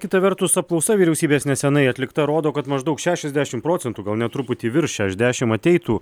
kita vertus apklausa vyriausybės nesenai atlikta rodo kad maždaug šešiasdešim procentų gal net truputį virš šešiasdešim ateitų